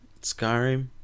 Skyrim